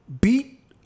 beat